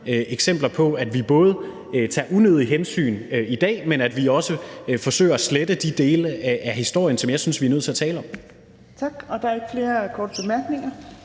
eksempler på, at vi både tager unødige hensyn i dag, men at vi også forsøger at slette de dele af historien, som jeg synes vi er nødt til at tale om. Kl. 17:49 Fjerde næstformand (Trine